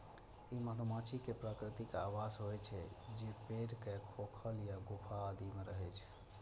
ई मधुमाछी के प्राकृतिक आवास होइ छै, जे पेड़ के खोखल या गुफा आदि मे रहै छै